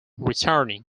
returning